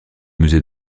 musée